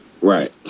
Right